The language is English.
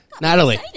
Natalie